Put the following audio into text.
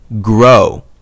grow